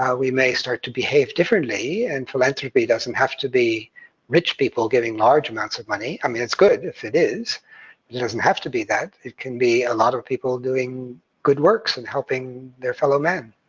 we may start to behave differently. and philanthropy doesn't have to be rich people giving large amounts of money. i mean, it's good if it is, but it doesn't have to be that. it can be a lot of people doing good works and helping their fellow men.